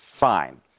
Fine